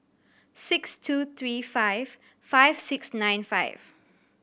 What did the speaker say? six two three five five six nine five